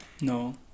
No